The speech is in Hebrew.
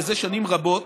מזה שנים רבות,